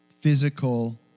physical